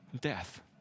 death